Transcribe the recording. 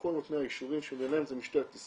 כל נותני האישורים שביניהם זה משטרת ישראל,